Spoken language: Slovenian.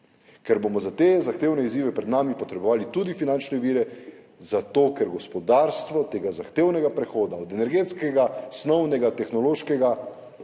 Ker bomo za te zahtevne izzive pred nami potrebovali tudi finančne vire, zato ker gospodarstvo tega zahtevnega prehoda od energetskega, snovnega, tehnološkega